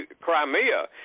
Crimea